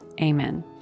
Amen